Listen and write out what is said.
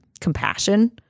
compassion